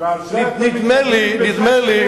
נדמה לי,